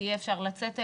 אפשר יהיה לצאת אליה,